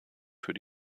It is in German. für